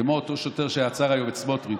כמו אותו שוטר שעצר היום את סמוטריץ',